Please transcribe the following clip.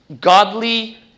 Godly